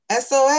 sos